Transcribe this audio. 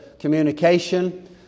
communication